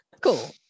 cool